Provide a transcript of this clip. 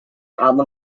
album